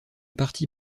partie